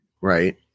right